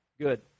good